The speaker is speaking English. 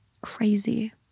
Crazy